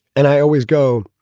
and i always go